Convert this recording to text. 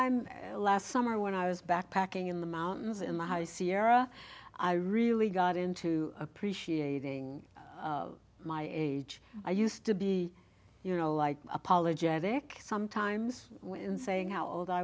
met last summer when i was backpacking in the mountains in the high sierra i really got into appreciating my age i used to be you know like apologetic sometimes when saying how old i